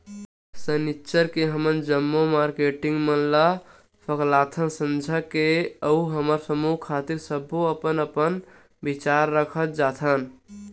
सनिच्चर के हमन जम्मो मारकेटिंग मन सकलाथन संझा के अउ हमर समूह खातिर सब्बो अपन अपन बिचार रखत जाथन